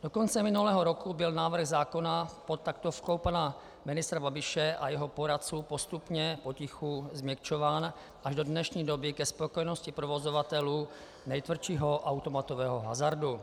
Od konce minulého roku byl návrh zákona pod taktovkou pana ministra Babiše a jeho poradců postupně potichu změkčován až do dnešní doby, ke spokojenosti provozovatelů nejtvrdšího automatového hazardu.